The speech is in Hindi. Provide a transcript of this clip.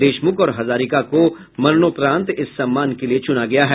देशमुख और हजारिका को मरणोपरांत इस सम्मान के लिए चुना गया है